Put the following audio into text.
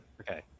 Okay